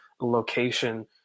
location